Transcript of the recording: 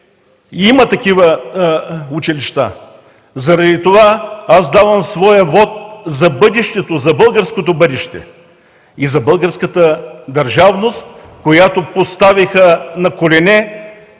Има такива училища. Заради това аз давам своя вот за българското бъдеще и за българската държавност, която поставиха на колене